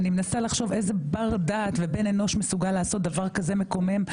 אני מנסה לחשוב איזה בר דעת ובן אנוש מסוגל לעשות דבר כזה מקומם,